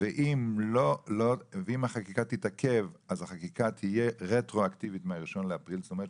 - אם החקיקה תתעכב היא תהיה רטרואקטיבית מה- 1.4.2023. כלומר,